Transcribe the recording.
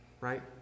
Right